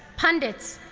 pundits,